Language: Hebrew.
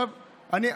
אוקיי,